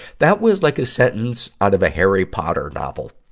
that was like a sentence out of a harry potter novel.